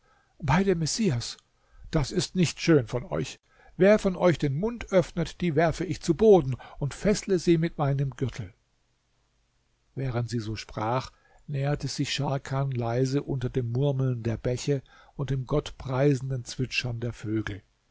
bei dem messias das ist nicht schön von euch wer von euch den mund öffnet die werfe ich zu boden und feßle sie mit ihrem gürtel während sie so sprach näherte sich scharkan leise unter dem murmeln der bäche und dem gott preisenden zwitschern der vögel